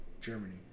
Germany